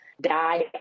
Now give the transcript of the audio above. die